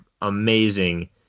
amazing